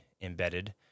embedded